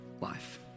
life